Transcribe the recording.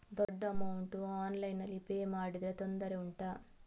ದೊಡ್ಡ ಅಮೌಂಟ್ ಆನ್ಲೈನ್ನಲ್ಲಿ ಪೇ ಮಾಡಿದ್ರೆ ತೊಂದರೆ ಉಂಟಾ?